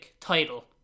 title